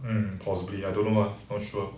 mm possibly I don't know lah for sure